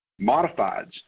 Modifieds